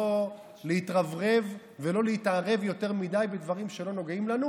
לא להתרברב ולא להתערב יותר מדי בדברים שלא נוגעים לנו,